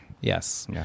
yes